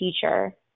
teacher